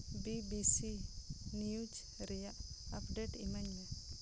B B C news ᱨᱮᱭᱟᱜ update ᱤᱢᱟᱹᱧ ᱢᱮ